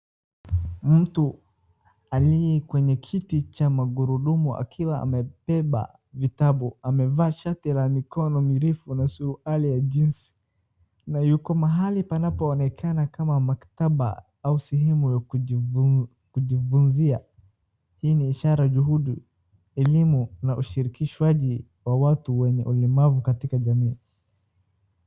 Mtu aliye kwenye kiti cha magurudumu akiwa amebeba vitabu. Amevaa shati la mikono mirefu na suruali ya jeans , na yuko mahali panapo onekana kama maktaba au sehemu ya kujifunzia. Hii ni ishara, juhudi, elimu na ushirikishwaji wa watu wenye ulemavu katika jamii.